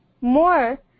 More